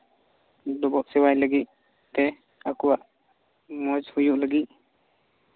ᱰᱚᱵᱚᱜ ᱥᱮᱵᱟᱭ ᱞᱟᱹᱜᱤᱫ ᱛᱮ ᱟᱠᱚᱣᱟᱜ ᱢᱚᱡᱽ ᱦᱩᱭᱩᱜ ᱞᱟᱹᱜᱤᱫ